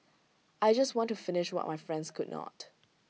I just want to finish what my friends could not